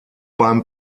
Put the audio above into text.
beim